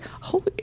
holy